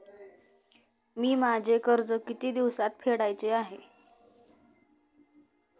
मी माझे कर्ज किती दिवसांत फेडायचे आहे?